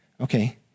Okay